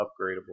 Upgradable